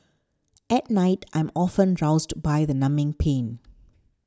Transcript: at night I'm often roused by the numbing pain